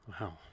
Wow